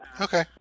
Okay